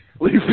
Leave